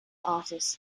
artists